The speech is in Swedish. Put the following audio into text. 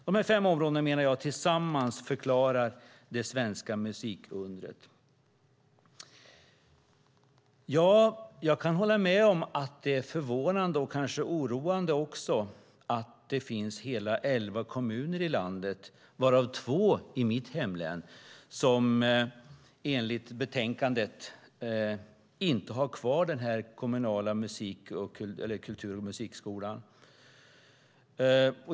Dessa fem områden menar jag tillsammans förklarar det svenska musikundret. Jag kan hålla med om att det är förvånande och kanske även oroande att det finns hela elva kommuner i landet, varav två i mitt hemlän, som enligt betänkandet inte har kvar den kommunala musik och kulturskolan.